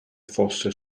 fosse